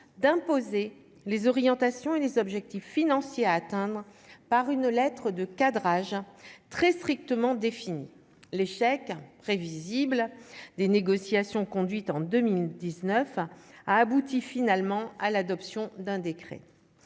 d'imposer les orientations et les objectifs financiers à atteindre par une lettre de cadrage très strictement défini l'échec prévisible des négociations conduites en 2019 a abouti finalement à l'adoption d'un décret